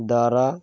দ্বারা